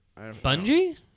Bungie